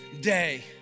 day